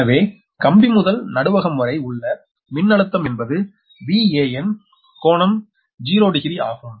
எனவே கம்பி முதல் நடுவகம் வரை உள்ள மின்னழுத்தம் என்பது Van கோணம் 0 டிகிரி ஆகும்